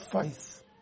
faith